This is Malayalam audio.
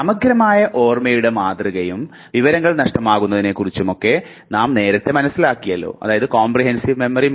സമഗ്രമായ ഓർമ്മയുടെ മാതൃകയും വിവരങ്ങൾ നഷ്ടമാകുന്നതിനെക്കുറിച്ചും നാം നേരത്തെ മനസ്സിലാക്കിയല്ലോ